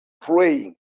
praying